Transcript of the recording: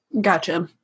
Gotcha